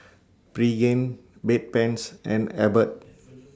Pregain Bedpans and Abbott